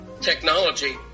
technology